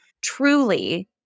Truly